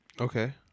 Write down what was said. Okay